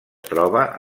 troba